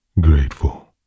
Grateful